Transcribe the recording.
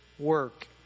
Work